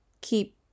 keep